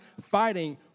fighting